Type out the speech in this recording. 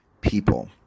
people